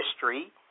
history